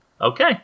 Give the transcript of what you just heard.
okay